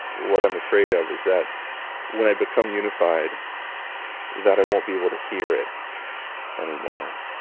what i'm afraid of is that when i become unified that i won't be able to hear it anymore